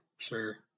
sure